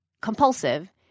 compulsive